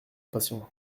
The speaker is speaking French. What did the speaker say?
passion